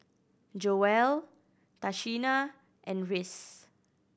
Joell Tashina and Rhys